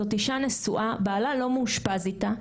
זאת אישה נשואה שבעלה לא מאושפז איתה.